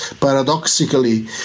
Paradoxically